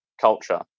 culture